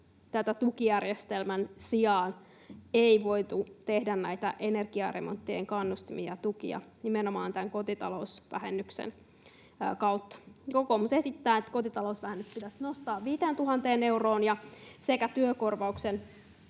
tukijärjestelmän sijaan ei voitu tehdä näitä energiaremonttien kannustimia, tukia, nimenomaan tämän kotitalousvähennyksen kautta. Kokoomus esittää, että kotitalousvähennys pitäisi nostaa 5 000 euroon ja että työkorvauksen